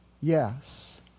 yes